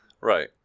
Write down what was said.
right